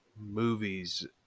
movies